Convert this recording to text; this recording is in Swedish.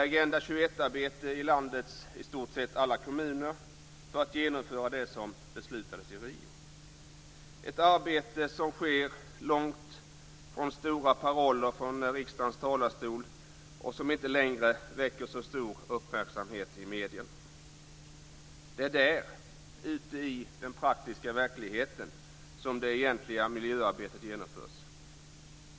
Agenda 21-arbete sker i stort sett i landets alla kommuner, för att genomföra det som beslutades i Rio. Det är ett arbete som sker långt från stora paroller från riksdagens talarstol och som inte längre väcker så stor uppmärksamhet i medierna. Det är där, ute i den praktiska verkligheten, som det egentliga miljöarbetet genomförs.